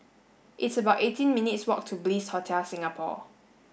it's about eighteen minutes' walk to Bliss Hotel Singapore